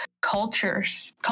cultures